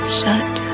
shut